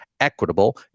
equitable